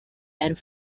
and